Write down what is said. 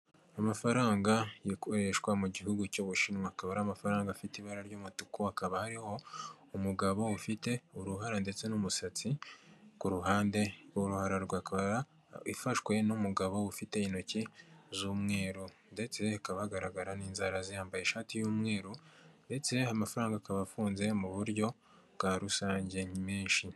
Amafaranga yakoreshwa mu gihugu cy'ubushinwa akaba ari amafaranga afite ibara ry'umutuku akaba ari umugabo ufite uruhara ndetse n'umusatsi ku ruhande y'uruhara hari urwara ifashwe n'umugabo ufite intoki z'umweru ndetse ikabagaragara n'inzara zimbaye ishati y'umweru ndetse amafaranga akaba afunze mu buryo bwa rusange menshi.